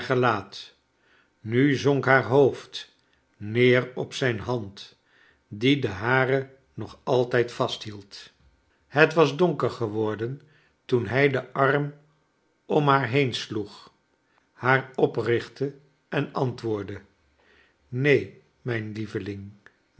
gelaat nu zonk haar hoofd neer op zijn hand die de hare nog altijd vasthield het was donker geworden toen hij den arm om haar heen sloeg haar opriohtte en antwoordde neen mijn lieveling